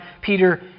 Peter